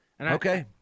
Okay